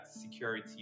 security